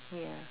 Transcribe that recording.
ya